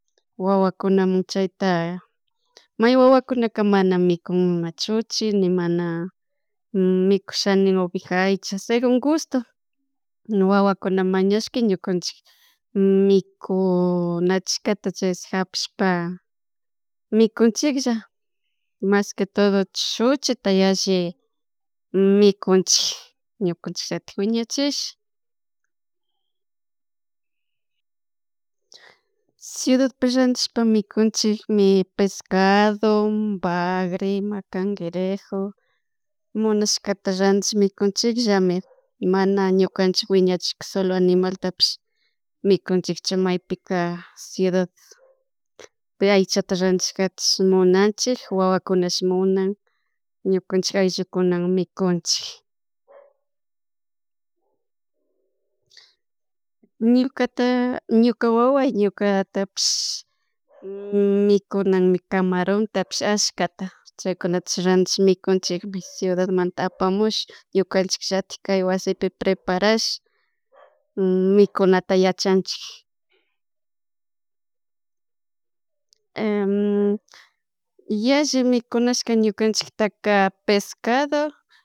Wawakunamun chaita may wawakunaka mana milkun chuchi ni mana mikushani oveja aycha segun gusto wawakuna mañashka ñukunchik mikunachishkata chay hapishpa mikunchiklla mas que todo chuchitayalli mikunchik ñukunchik atik wiñachash. Ciudadpi rantishpa mikunchikmi pescado, bagre, ima cangrerejo, munashkata ratish mikunchikllami mana ñukanchik wiñarishka solo animal tapish mikunchik chamaypika ciudadpi chayta rantishkachik munanchik wawakunash munan ñukanchik ayllukunan mikunchik ñukata ñukawawa ñukatapich mikunanmi camaron tapish ashkata chaykunatik ratish mikunchikmi ciudad manta apamush ñukanchik llatikay wasipi preparash mikunata yachanchik yalla mikunashka ñukanchik taka pescado